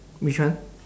which one